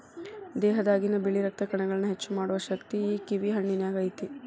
ದೇಹದಾಗಿನ ಬಿಳಿ ರಕ್ತ ಕಣಗಳನ್ನಾ ಹೆಚ್ಚು ಮಾಡು ಶಕ್ತಿ ಈ ಕಿವಿ ಹಣ್ಣಿನ್ಯಾಗ ಐತಿ